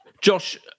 Josh